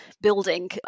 building